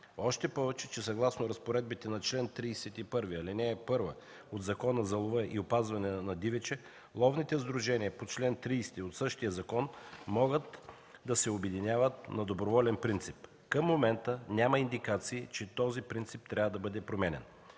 Още повече, че съгласно разпоредбите на чл. 31, ал. 1 от Закона за лова и опазване на дивеча ловните сдружения по чл. 30 от същия закон могат да се обединяват на доброволен принцип. Към момента няма индикации, че този принцип трябва да бъде променян.